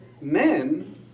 men